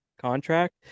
contract